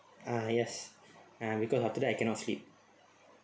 ah yes ah because after that I cannot sleep